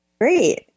Great